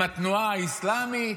עם התנועה האסלאמית.